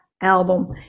album